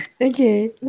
Okay